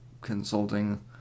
consulting